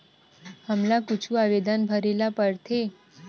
हमला कुछु आवेदन भरेला पढ़थे?